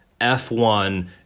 F1